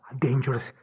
dangerous